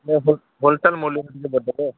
ହଉ ଭଲଟାରେ